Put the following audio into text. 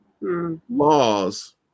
laws